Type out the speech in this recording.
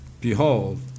Behold